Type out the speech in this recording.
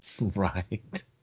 Right